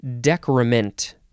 decrement